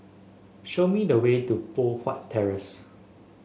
show me the way to Poh Huat Terrace